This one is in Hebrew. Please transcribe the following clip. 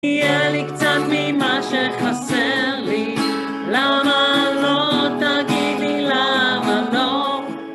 תהיה לי קצת ממה שחסר לי, למה לא תגידי למה לא?